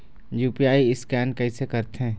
UPI scan कइसे करथे?